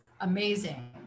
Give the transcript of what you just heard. amazing